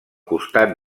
costat